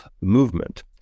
movement